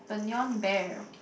the neon bear